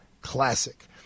classic